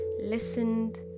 listened